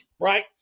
right